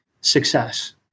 success